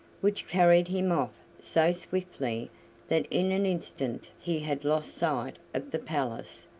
which carried him off so swiftly that in an instant he had lost sight of the palace,